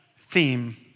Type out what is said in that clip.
theme